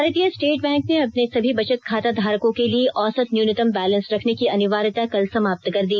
भारतीय State Bank ने अपने सभी बचत खाता धारकों के लिए औसत न्यूनतम बैलेंस रखने की अनिवार्यता कल समाप्त कर दी